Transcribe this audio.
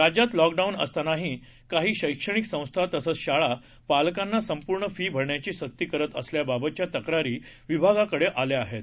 राज्यातलॉकडाऊनअसतानाहीकाहीशैक्षणिकसंस्थातसंचशाळापालकांनासंपूर्णफीभरण्याचीसकीकरीतअसल्याबातच्या तक्रारीविभागाकडेआल्याआहेत